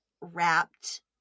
wrapped